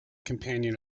companion